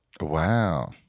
Wow